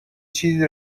چیزی